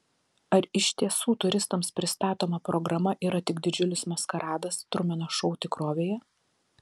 ar iš tiesų turistams pristatoma programa yra tik didžiulis maskaradas trumeno šou tikrovėje